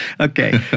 Okay